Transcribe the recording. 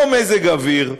אותו מזג אוויר,